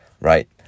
right